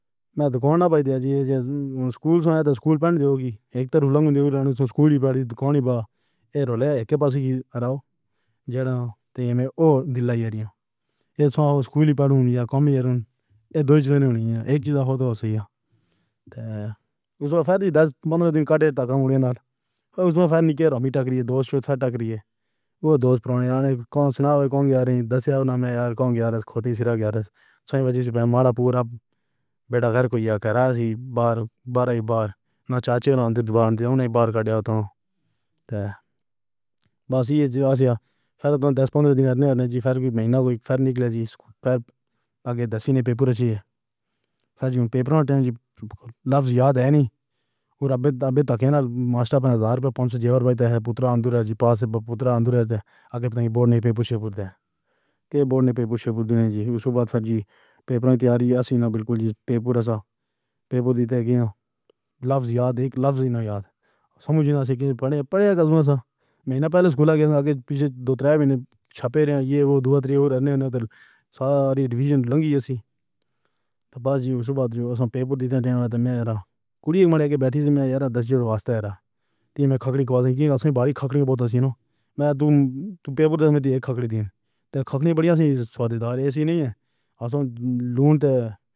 میں دکھانا پڑتا ہے جی سکول۔ سکول پڑھنے دو کہ ایک تو سکول ہی پڑھی دکھاؤ نا رولا ایک پاس ہی رہو جہاں تیرے اور دہلائی یار یا یس وا سکول پڑھ رک جا کم ہی اے دو چیزیں ہو گئی ہیں۔ ایک چیز تو صحیح ہے اہ اس میں پھر بھی دس پندرا دن کاٹے تک ہوں گے نا۔ اس میں پھر مٹ جائے دو ٹھیک کریے۔ وہ دوست پرانے کون سناؤ کا گیارہویں دسویں میں یار کا گیارہ خود ہی گیارہ سال کی عمر۔ ماڈا پورا بیٹا گھر کی باہر بار بار۔ بار بار کڑا ہوتا۔ ہے بس یہی وجہ ہے۔ پھر دس پندرا دن ہو گئے پھر بھی مہینہ ہوئی۔ پھر نکلے جی پھر آگے دسویں کے پیپر ہے جی پر پیپر کے وقت جی لفظ یاد ہے نہیں۔ اور ابے ابے تاکہ نا ماسٹر پندرہ ہزار روپیہ پانچ سو روپیہ پُتر اندر آ جی پاس پُتر اندر آ جی آ کے بورڈ نے پیپر پڑھ۔ کے بورڈ نے پیپر پڑھ جی اس کے بعد۔ پھر جی پیپر کی تیاری میں بالکل جی پیپر کا پیپر دیتے کیا۔ لفظ یاد ایک لفظ نہیں یاد سمجھ۔ نہیں پڑھے پڑھے قسم سے مہینہ پہلے سکول کے آگے پیچھے دو تین چھپے رہے۔ یہ وہ دو تین اور دیگر ساری ڈویژن لگی اسی تو بس جی اس کے بعد جو پیپر دیتے ہیں میں جاتا کڑیا کے بیٹھی تھی۔ میں زیادہ دس جوڑواں بچتا رہا۔ تین کھکری کھا لی کیونکہ باری کھکری بہت سینو میں تم۔ تم پیپر میں ایک کھکری دن تو کھکری بھیا سی سوادِشٹ تھا۔ ایسی نہیں ہے لون پر۔